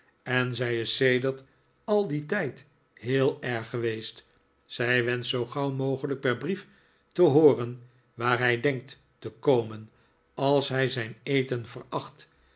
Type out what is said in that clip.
en zij is sedert al dien tijd heel erg geweest zij wenscht zoo gauw mogelijk per brief te hooren waar hij denkt te komen als hij zijn eten